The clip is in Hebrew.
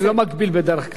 אני לא מגביל בדרך כלל.